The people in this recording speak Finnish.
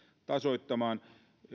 tasoittamaan